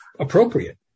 appropriate